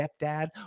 stepdad